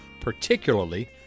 particularly